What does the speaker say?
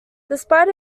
despite